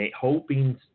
hoping